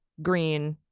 green,